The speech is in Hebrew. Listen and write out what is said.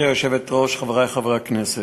גברתי היושבת-ראש, חברי חברי הכנסת,